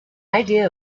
idea